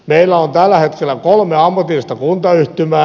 meillä on tällä hetkellä kolme ammatillista kuntayhtymää